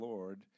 Lord